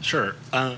sure